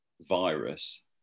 virus